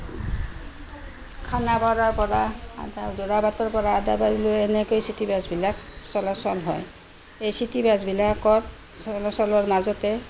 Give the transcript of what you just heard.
খানাপাৰাৰ পৰা আদা যোৰাবাটৰ পৰা আদাবাৰীলৈ এনেকে চিটিবাছ বিলাক চলাচল হয় এই চিটিবাছ বিলাকত চলাচলৰ মাজতে